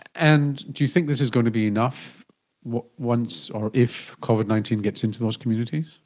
and you think this is going to be enough once or if covid nineteen gets into those communities?